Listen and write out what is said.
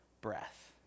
breath